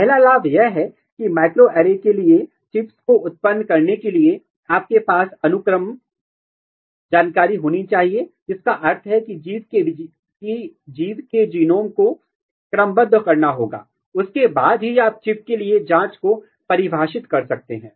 पहला लाभ यह है कि माइक्रोएरे के लिए चिप्स को उत्पन्न करने के लिए आपके पास अनुक्रम जानकारी होनी चाहिए जिसका अर्थ है कि जीव के जीनोम को क्रमबद्ध करना होगा उसके बाद ही आप चिप के लिए जांच को परिभाषित कर सकते हैं